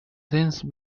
since